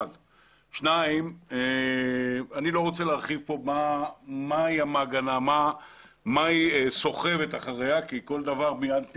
אני לא רוצה להרחיב ולומר מה מעגנה סוחבת אחריה כי כל דבר שאומר,